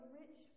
rich